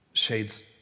Shades